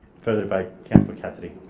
further debate? councillor cassidy.